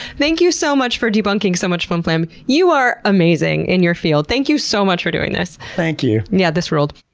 thank you so much for debunking so much flim-flam. you are amazing in your field. thank you so much for doing this. thank you. yeah, this ruled.